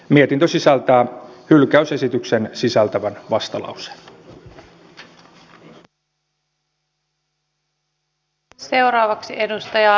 mietintö sisältää hylkäysesityksen sisältävän vastalauseen